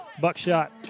Buckshot